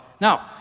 Now